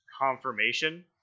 confirmation